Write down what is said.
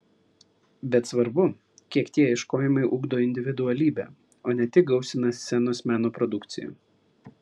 bet svarbu kiek tie ieškojimai ugdo individualybę o ne tik gausina scenos meno produkciją